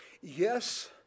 Yes